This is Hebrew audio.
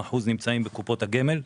כ-80% נמצאים בקופות הגמל.